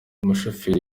umushoferi